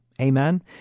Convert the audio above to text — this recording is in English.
Amen